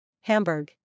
Hamburg